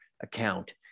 account